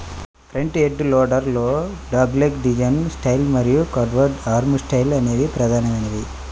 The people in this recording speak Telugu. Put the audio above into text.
ఫ్రంట్ ఎండ్ లోడర్ లలో డాగ్లెగ్ డిజైన్ స్టైల్ మరియు కర్వ్డ్ ఆర్మ్ స్టైల్ అనేవి ప్రధానమైనవి